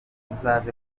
uzaze